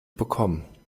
bekommen